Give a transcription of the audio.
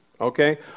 okay